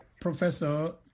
Professor